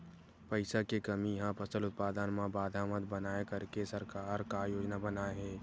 पईसा के कमी हा फसल उत्पादन मा बाधा मत बनाए करके सरकार का योजना बनाए हे?